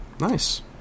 Nice